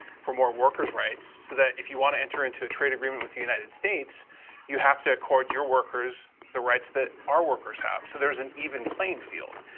for more workers' rights, so that if you want to enter into a trade agreement with the united states you have to call your workers the rights that our workers have so there is an even playing field.